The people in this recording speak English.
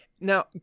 Now